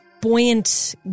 buoyant